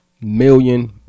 million